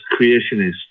creationist